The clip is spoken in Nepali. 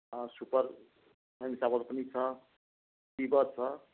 सुपर चामल पनि छ तिबार छ